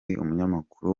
umunyamakuru